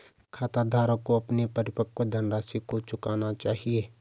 खाताधारक को अपने परिपक्व धनराशि को चुनना चाहिए